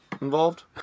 involved